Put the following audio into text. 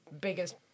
biggest